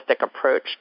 approach